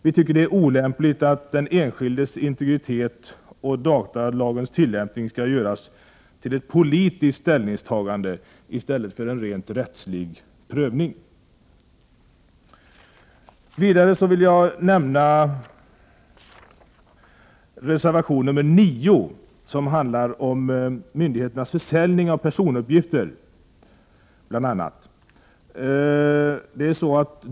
Vi tycker att det är olämpligt att den enskildes integritet och datalagens tillämpning skall göras till ett politiskt ställningstagande i stället för en rent rättslig prövning. Vidare vill jag nämna reservation nr 9, som bl.a. handlar om myndigheternas försäljning av personuppgifter.